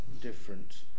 different